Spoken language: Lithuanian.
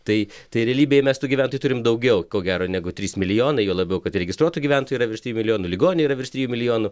tai tai realybėje mes tų gyventojų turim daugiau ko gero negu trys milijonai juo labiau kad registruotų gyventojų yra virš trijų milijonų ligonių yra virš trijų milijonų